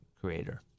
creator